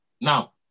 now